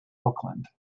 oakland